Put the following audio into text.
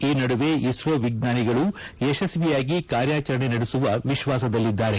ಈ ನಡುವೆ ಇಸ್ತೋ ವಿಜ್ಞಾನಿಗಳು ಯಶಸ್ತಿಯಾಗಿ ಕಾರ್ಯಾಚರಣೆ ನಡೆಸುವ ವಿಶ್ವಾಸದಲ್ಲಿದ್ದಾರೆ